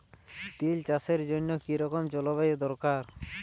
তিল চাষের জন্য কি রকম জলবায়ু দরকার?